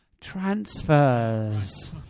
transfers